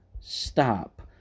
stop